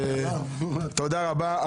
תודה רבה.